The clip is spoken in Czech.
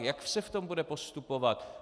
Jak se v tom bude postupovat?